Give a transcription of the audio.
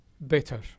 better